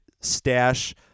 stash